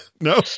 no